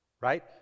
Right